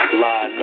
line